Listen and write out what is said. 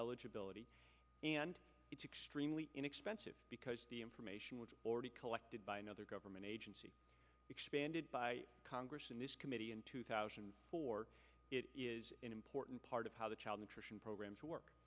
eligibility and it's extremely inexpensive because the information was already collected by another government agency expanded by congress and this committee in two thousand and four it is an important part of how the child nutrition programs work